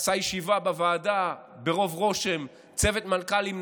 עשה ישיבה בוועדה ברוב רושם: נעשה צוות מנכ"לים,